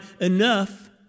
enough